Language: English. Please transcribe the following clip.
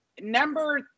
Number